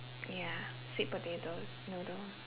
ya sweet potatoes noodles